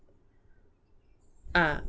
ah